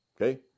Okay